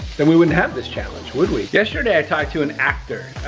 then we wouldn't have this challenge, would we? yesterday i talked to an actor,